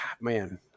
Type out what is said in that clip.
man